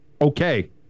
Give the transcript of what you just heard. okay